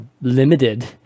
limited